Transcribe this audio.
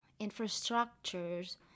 infrastructures